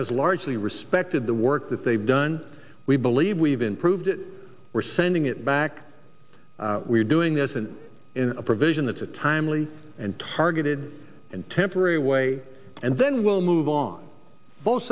has largely respected the work that they've done we believe we've improved it we're sending it back we're doing this in a provision that's a timely and targeted and temporary way and then we'll move on both